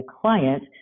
client